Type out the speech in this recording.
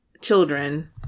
children